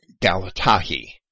Galatahi